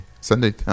sunday